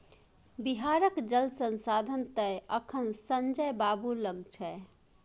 बिहारक जल संसाधन तए अखन संजय बाबू लग छै